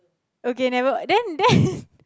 okay never then then